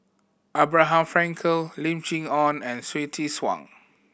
Abraham Frankel Lim Chee Onn and Hsu Tse Kwang